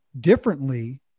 differently